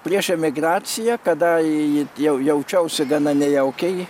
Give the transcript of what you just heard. prieš emigraciją kada ji jau jaučiausi gana nejaukiai